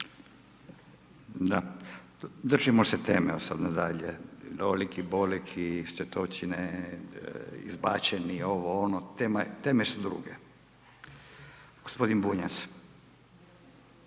Da. Držimo se teme od sada nadalje, Lolek i Bolek i sve to ocjene, izbačeni, ovo ono, teme su druge. Gospodin Bunjac.